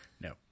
No